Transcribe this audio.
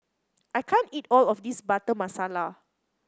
I can't eat all of this Butter Masala